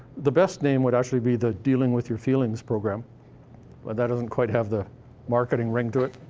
the best name would actually be the dealing with your feelings program, but that doesn't quite have the marketing ring to it.